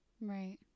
Right